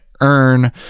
earn